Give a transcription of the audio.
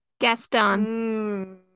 Gaston